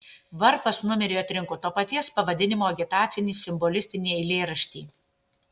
varpas numeriui atrinko to paties pavadinimo agitacinį simbolistinį eilėraštį